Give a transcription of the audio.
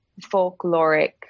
folkloric